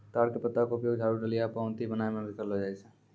ताड़ के पत्ता के उपयोग झाड़ू, डलिया, पऊंती बनाय म भी करलो जाय छै